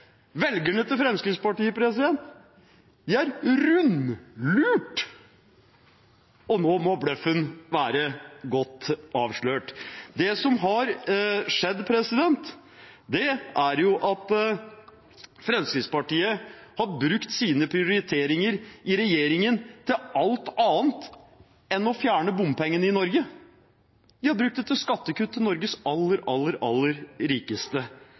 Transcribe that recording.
som har skjedd, er at Fremskrittspartiet har brukt sine prioriteringer i regjeringen til alt annet enn å fjerne bompengene i Norge. De har brukt dem til skattekutt til Norges aller, aller rikeste.